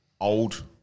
old